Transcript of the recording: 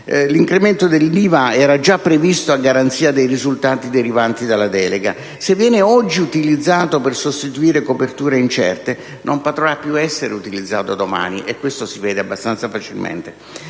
L'incremento dell'IVA era già previsto a garanzia dei risultati derivanti dalla delega. Sebbene oggi utilizzato per sostituire coperture incerte, non potrà più essere utilizzato domani. E questo si vede abbastanza facilmente.